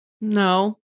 No